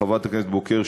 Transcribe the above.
חברת הכנסת בוקר,